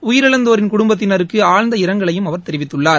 உயிரிழந்தோரின் குடும்பத்தினருக்குஆழ்ந்த இரங்கலையும் அவர் தெரிவித்துள்ளார்